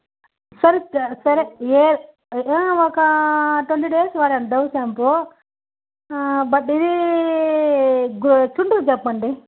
సరే సరే ఏ ఒక్క ట్వెంటీ డేస్ వాడాను డవ్ షాంపూ బట్ చుండ్రుకు చెప్పండి